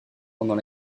pendant